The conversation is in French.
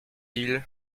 ils